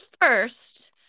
first